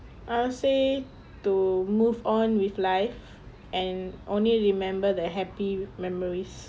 I will say to move on with life and only remember the happy memories